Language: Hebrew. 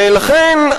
ולכן,